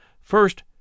First